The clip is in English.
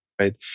right